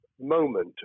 moment